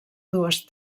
dues